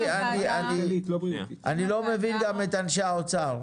אני לא מבין גם את אנשי האוצר.